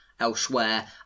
elsewhere